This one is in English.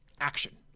Action